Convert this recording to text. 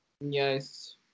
Yes